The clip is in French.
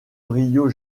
rio